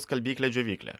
skalbyklę džiovyklę